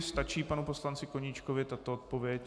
Stačí panu poslanci Koníčkovi tato odpověď?